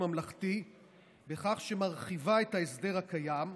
ממלכתי בכך שהיא מרחיבה את ההסדר הקיים,